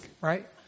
right